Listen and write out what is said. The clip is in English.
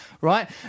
right